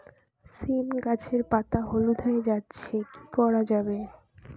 সীম গাছের পাতা হলুদ হয়ে যাচ্ছে কি করা যাবে?